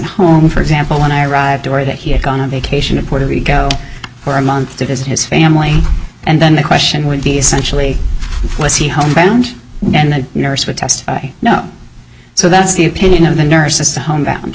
home for example when i arrived or that he had gone on vacation to puerto rico for a month to visit his family and then the question would be essentially homebound and the nurse would test no so that's the opinion of the nurses to homebound